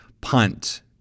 punt